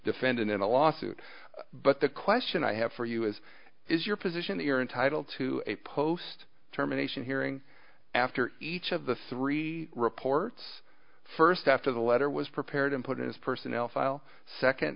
defendant in a lawsuit but the question i have for you is is your position that you're entitled to a post terminations hearing after each of the three reports first after the letter was prepared and put in its personnel file second